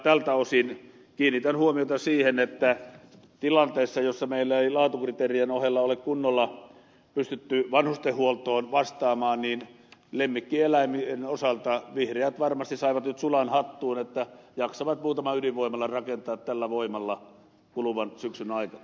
tältä osin kiinnitän huomiota siihen että tilanteessa jossa meillä ei laatukriteerien ohella ole kunnolla pystytty vanhustenhuoltoon vastaamaan lemmikkieläinten osalta vihreät varmasti saivat nyt sulan hattuun että jaksavat muutaman ydinvoimalan rakentaa tällä voimalla kuluvan syksyn aikana